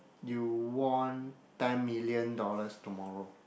you won ten million dollars tomorrow